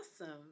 Awesome